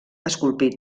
esculpit